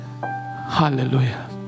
Hallelujah